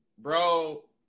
Bro